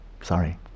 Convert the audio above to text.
Sorry